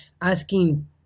asking